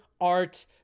art